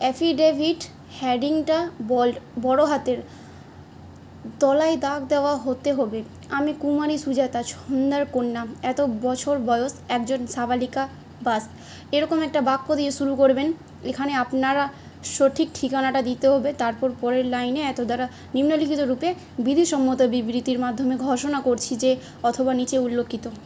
affidavit হেডিংটা bold বড়ো হাতের তলায় দাগ দেওয়া হতে হবে আমি কুমারী সুজাতা ছন্দার কন্যা এত বছর বয়স একজন সাবালিকা বাস এরকম একটা বাক্য দিয়ে শুরু করবেন এখানে আপনারা সঠিক ঠিকানাটা দিতে হবে তারপর পরের লাইনে এতদ্বারা নিম্নলিখিত রূপে বিধিসম্মত বিবৃতির মাধ্যমে ঘোষণা করছি যে অথবা নিচে উল্লেখিত